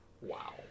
Wow